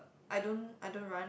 I don't I don't run